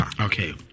Okay